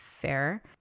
fair